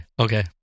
okay